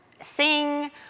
sing